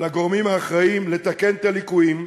לגורמים האחראים לתקן את הליקויים,